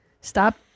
stop